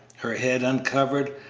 her head uncovered,